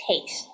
taste